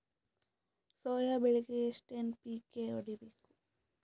Soya ಬೆಳಿಗಿ ಎಷ್ಟು NPK ಹೊಡಿಬೇಕು?